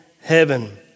heaven